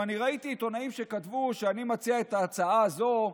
ראיתי עיתונאים שכתבו שאני מציע את ההצעה הזו,